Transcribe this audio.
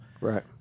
Right